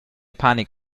panik